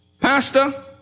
Pastor